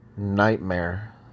nightmare